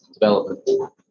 development